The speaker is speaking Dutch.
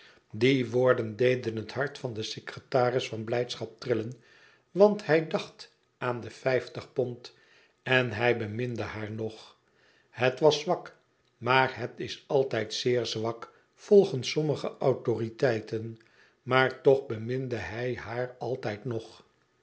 die woorden deden het hart van den secretaris van blijdschap trillen ant hij dacht aan de vijftig pond en hij beminde haar nog het was zwak maar het is altijd zeer zwak volgens sommige autoriteiten maar toch beminde hij haar altijd nog